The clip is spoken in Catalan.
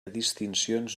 distincions